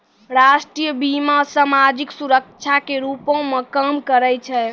राष्ट्रीय बीमा, समाजिक सुरक्षा के रूपो मे काम करै छै